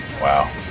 wow